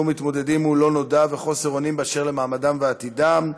מתמודדים מול הלא-נודע וחוסר אונים באשר למעמדם ועתידם,